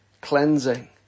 Cleansing